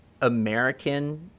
American